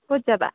ক'ত যাবা